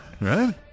Right